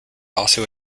also